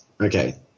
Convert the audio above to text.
okay